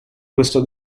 questo